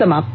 समाप्त